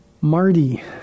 Marty